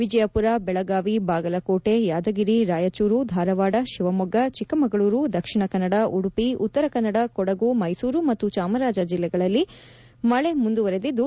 ವಿಜಯಪುರ ಬೆಳಗಾವಿ ಬಾಗಲಕೋಟೆ ಯಾದಗಿರಿ ರಾಯಚೂರು ಧಾರವಾಡ ಶಿವಮೊಗ್ಗ ಚಿಕ್ಕಮಗಳೂರು ದಕ್ಷಿಣ ಕನ್ನಡ ಉಡುಪಿ ಉತ್ತರ ಕನ್ನಡ ಕೊಡಗು ಮೈಸೂರು ಮತ್ತು ಚಾಮರಾಜನಗರ ಜಿಲ್ಲೆಗಳಲ್ಲಿ ಮಳೆ ಮುಂದುವರೆದಿದ್ದು